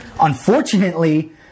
Unfortunately